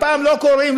הפעם לא קוראים,